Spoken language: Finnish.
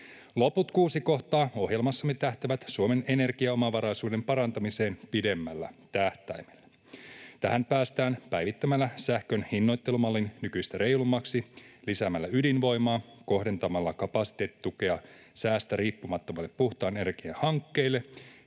Loput kuusi kohtaa ohjelmassamme tähtäävät Suomen energiaomavaraisuuden parantamiseen pidemmällä tähtäimellä. Tähän päästään päivittämällä sähkön hinnoittelumalli nykyistä reilummaksi lisäämällä ydinvoimaa, kohdentamalla kapasiteettitukea säästä riippumattomille puhtaan energian hankkeille,